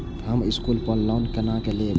हम स्कूल पर लोन केना लैब?